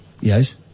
Yes